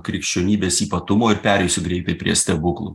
krikščionybės ypatumų ir pereisiu greitai prie stebuklų